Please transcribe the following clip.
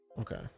Okay